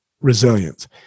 resilience